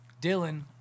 Dylan